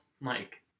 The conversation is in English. Mike